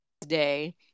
today